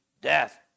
death